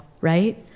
right